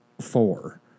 four